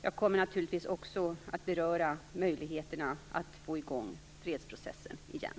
Jag kommer naturligtvis också att beröra möjligheterna att få i gång fredsprocessen igen.